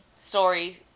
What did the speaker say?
story